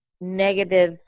negative